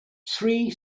three